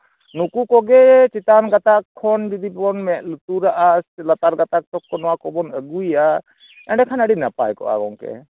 ᱱᱩᱠᱩ ᱠᱚᱜᱮ ᱪᱮᱛᱟᱱ ᱜᱟᱛᱟᱠ ᱠᱷᱚᱱ ᱡᱩᱫᱤ ᱵᱚᱱ ᱢᱮᱸᱫ ᱞᱩᱛᱩᱨᱟᱜᱼᱟ ᱥᱮ ᱞᱟᱛᱟᱨ ᱜᱟᱛᱟᱠ ᱛᱚᱠᱠᱚ ᱱᱚᱣᱟ ᱠᱚᱵᱚᱱ ᱟᱜᱩᱭᱟ ᱮᱸᱰᱮᱠᱷᱟᱱ ᱟᱹᱰᱤ ᱱᱟᱯᱟᱭ ᱠᱚᱜᱼᱟ ᱜᱚᱝᱠᱮ